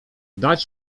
dać